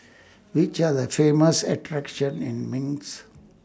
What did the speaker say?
Which Are The Famous attractions in Minsk